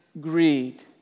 greed